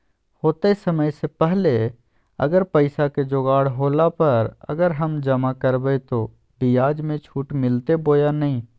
होतय समय से पहले अगर पैसा के जोगाड़ होला पर, अगर हम जमा करबय तो, ब्याज मे छुट मिलते बोया नय?